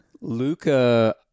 Luca